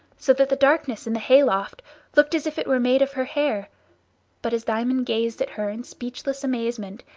so that the darkness in the hay-loft looked as if it were made of her, hair but as diamond gazed at her in speechless amazement,